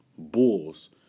Bulls